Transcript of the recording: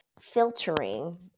filtering